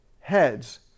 heads